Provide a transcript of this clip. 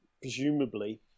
presumably